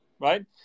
Right